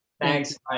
Thanks